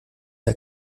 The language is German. der